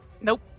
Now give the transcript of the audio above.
Nope